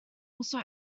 also